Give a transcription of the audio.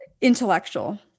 Intellectual